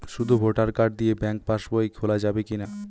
শুধু voter card দিয়ে bank pass বই খোলা যাবে কিনা?